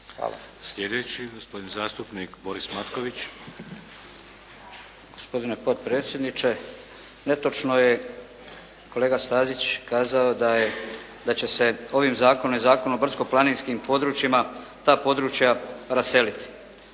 Sljedeći gospodin zastupnik Boris Matković. **Matković, Borislav (HDZ)** Gospodine potpredsjedniče, netočno je kolega Stazić rekao da je, da će se ovim zakonom i Zakonom o brdsko-planinskim područjima ta područja raseliti.